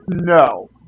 No